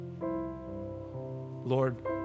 lord